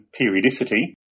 periodicity